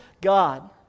God